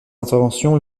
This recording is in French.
interventions